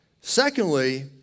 Secondly